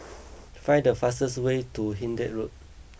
find the fastest way to Hindhede Road